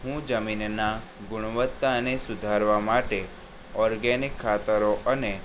હું જમીનના ગુણવત્તાને સુધારવા માટે ઓર્ગેનિક ખાતરો અને